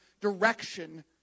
direction